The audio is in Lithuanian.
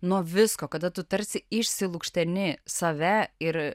nuo visko kada tu tarsi išsilukšteni save ir